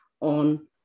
on